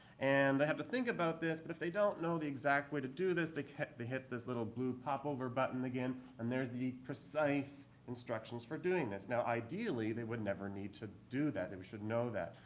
and they have to think about this, but if they don't know the exact way to do this, they hit they hit this little blue popover button again. and there's the precise instructions for doing this. now ideally they would never need to do that. they should know that.